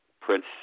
prince